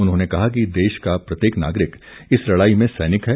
उन्होंने कहा कि देश का प्रत्येक नागरिक इस लड़ाई में सैनिक है